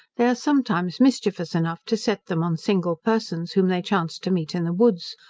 they are sometimes mischievous enough to set them on single persons whom they chance to meet in the woods.